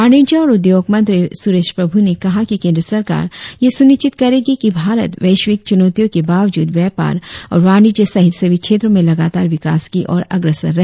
वाणिज्य और उद्योग मंत्री सुरेश प्रभू ने कहा कि केंद्र सरकार यह सुनिश्चित करेगी कि भारत वैश्विक चुनौतियों के बावजूद व्यापार और वाणिज्य सहित सभी क्षेत्रों में लगातार विकास की ओर अग्रसर रहे